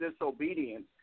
disobedience